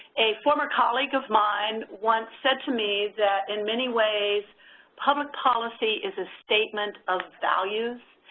a former colleague of mine once said to me that in many ways public policy is a statement of values.